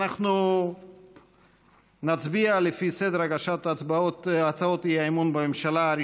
אנחנו נצביע לפי סדר הגשת הצעות האי-אמון בממשלה.